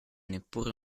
neppure